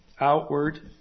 outward